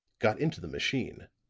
got into the machine,